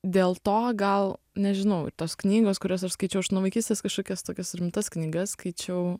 dėl to gal nežinau ir tos knygos kurias aš skaičiau nuo vaikystės kažkokias tokias rimtas knygas skaičiau